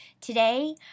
Today